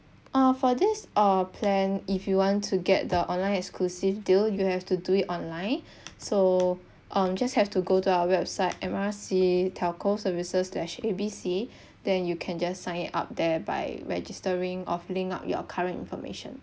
uh for this uh plan if you want to get the online exclusive deal you have to do it online so um just have to go to our website M_R_C telco services slash A B C then you can just sign it up there by registering of filling up your current information